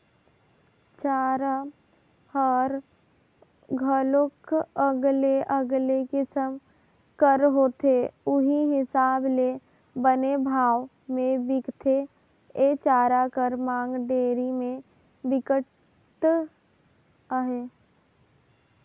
चारा हर घलोक अलगे अलगे किसम कर होथे उहीं हिसाब ले बने भाव में बिकथे, ए चारा कर मांग डेयरी में बिकट अहे